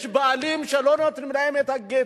יש בעלים שבשם הדת לא נותנים להן את הגט.